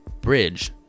bridge